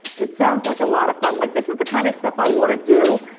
it sounds like a lot of fun. like, this is the kind of stuff i wanna do.